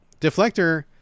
Deflector